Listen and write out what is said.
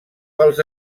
pels